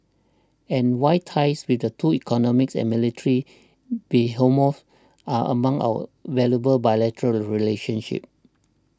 and why ties with the two economic and military behemoths are among our most valuable bilateral relationships